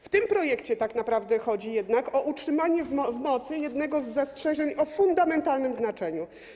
W tym projekcie tak naprawdę chodzi jednak o utrzymanie w mocy jednego z zastrzeżeń o fundamentalnym znaczeniu.